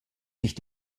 sich